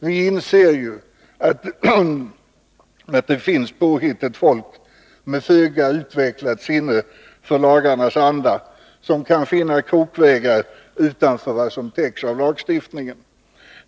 Vi inser att det finns påhittigt folk med föga utvecklat sinne för lagarnas anda som kan finna krokvägar utanför det som täcks av lagstiftningen.